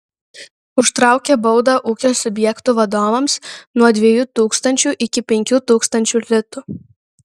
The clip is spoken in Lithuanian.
užtraukia baudą ūkio subjektų vadovams nuo dviejų tūkstančių iki penkių tūkstančių litų